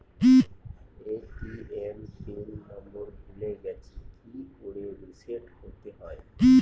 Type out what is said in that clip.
ATM pin number ভুলে গেছি কি করে রিসেট করতে হয়?